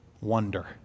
wonder